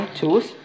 choose